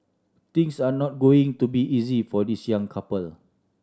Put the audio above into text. things are not going to be easy for this young couple